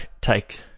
take